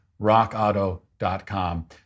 RockAuto.com